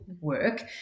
work